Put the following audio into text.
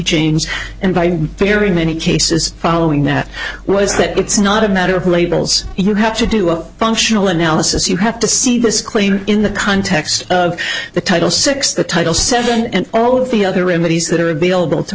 changed and by theory in many cases following that was that it's not a matter of labels you have to do a functional analysis you have to see this clearly in the context of the title six the title says and all of the other remedies that are available to